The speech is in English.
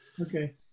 Okay